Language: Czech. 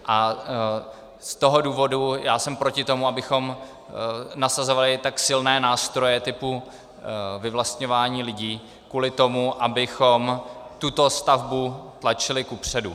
Z toho důvodu jsem proti tomu, abychom nasazovali tak silné nástroje typu vyvlastňování lidí kvůli tomu, abychom tuto stavbu tlačili kupředu.